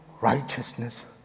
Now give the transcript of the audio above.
righteousness